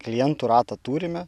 klientų ratą turime